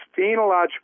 phenological